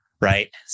right